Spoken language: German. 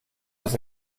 das